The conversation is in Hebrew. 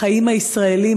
החיים הישראליים,